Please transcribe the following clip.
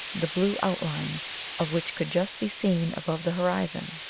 the blue outline of which could just be seen above the horizon.